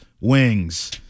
Wings